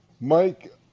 Mike